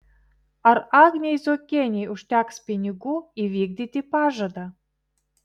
ar agnei zuokienei užteks pinigų įvykdyti pažadą